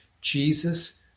Jesus